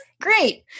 Great